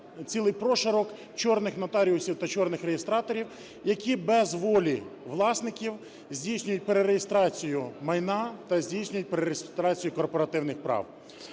цілій прошарок "чорних" нотаріусів та "чорних" реєстраторів, які без волі власників здійснюють перереєстрацію майна та здійснюють перереєстрацію корпоративних прав.